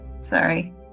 Sorry